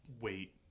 Wait